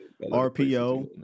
RPO